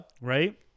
Right